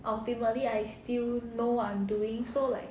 ultimately I still know what I'm doing so like